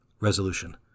Resolution